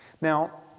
now